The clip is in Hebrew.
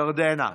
ירדנה,